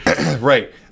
right